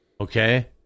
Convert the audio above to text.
okay